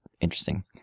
interesting